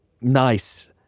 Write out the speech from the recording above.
nice